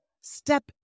Step